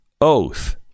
oath